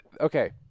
Okay